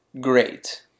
Great